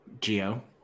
Geo